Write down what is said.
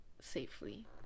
safely